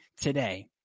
today